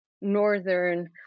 Northern